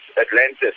Atlantis